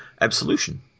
Absolution